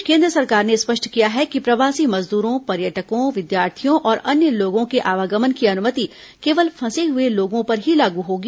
इस बीच केन्द्र सरकार ने स्पष्ट किया है कि प्रवासी मजदूरों पर्यटकों विद्यार्थियों और अन्य लोगों के आवागमन की अनुमति केवल फंसे हुए लोगों पर ही लागू होगी